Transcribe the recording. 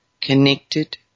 connected